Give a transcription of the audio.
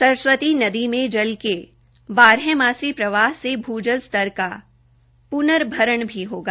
सरस्वती नदी में जल के बारहमासी प्रवाह से भू जल स्तर का पुनर्भरण भी होगा